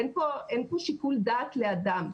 אין פה שיקול דעת לאדם.